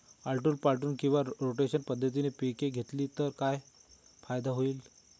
आलटून पालटून किंवा रोटेशन पद्धतीने पिके घेतली तर काय फायदा होईल?